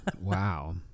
Wow